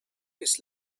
his